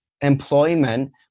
employment